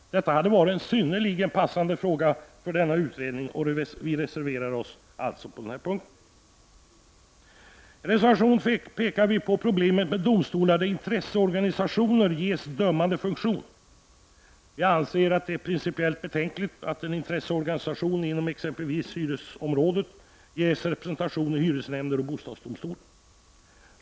Detta hade varit en synnerligen passande fråga för denna utredning. Vi reserverar oss således på denna punkt. I reservation 3 pekar vi på problemet med de domstolar där intresseorganisationer ges dömande funktion. Vi anser att det är principiellt betänkligt att en intresseorganisation inom exempelvis hyresområdet ges representation i hyresnämnder och bostadsdomstol.